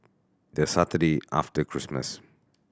the Saturday after Christmas